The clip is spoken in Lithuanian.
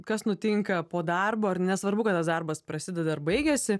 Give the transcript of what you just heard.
kas nutinka po darbo ar nesvarbu kad tas darbas prasideda ar baigiasi